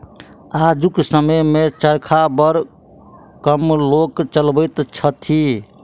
आजुक समय मे चरखा बड़ कम लोक चलबैत छथि